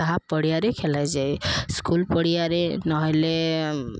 ତାହା ପଡ଼ିଆରେ ଖେଲାଯାଏ ସ୍କୁଲ୍ ପଡ଼ିଆରେ ନହେଲେ